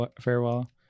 farewell